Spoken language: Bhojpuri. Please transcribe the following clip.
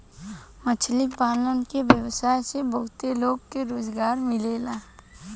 मछली पालन के व्यवसाय से बहुत लोग के रोजगार मिलेला